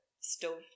stove